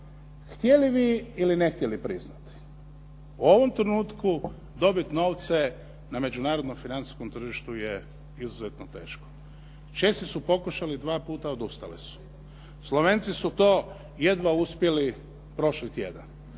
htjeli vi ili ne htjeli priznati u ovom trenutku dobit novca na međunarodnom financijskom tržištu je izuzetno teško. Česi su pokušali dva puta, odustali su. Slovenci su to jedva uspjeli prošli tjedan.